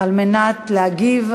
אין מתנגדים.